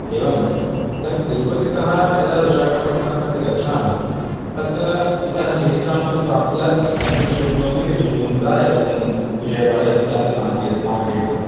एवम् इतः तिरुपतितः यदा विशाखपट्टनं गच्छामि तत्र इतः चीटिकां तु प्राप्य गन्तुं शक्नोमि रेनुगुण्टा एवं विजयवाडा इत्यादि मार्गे मार्गेण